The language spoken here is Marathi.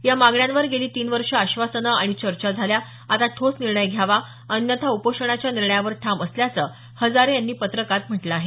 या मागण्यांवर गेली तीन वर्ष आश्वासनं आणि चर्चा झाल्या आता ठोस निर्णय घ्यावा अन्यथा उपोषणाच्या निर्णयावर ठाम असल्याचं हजारे यांनी या पत्रकात म्हटलं आहे